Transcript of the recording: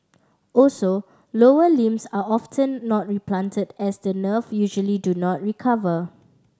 also lower limbs are often not replanted as the nerve usually do not recover